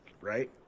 right